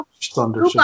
thunder